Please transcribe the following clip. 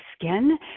skin